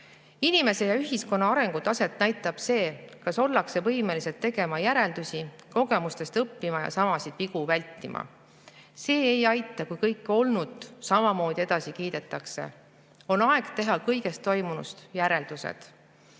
Inimese ja ühiskonna arengutaset näitab see, kas ollakse võimeline tegema järeldusi, kogemustest õppima ja samu vigu vältima. See ei aita, kui kõike olnut samamoodi edasi kiidetakse. On aeg teha kõigest toimunust järeldused.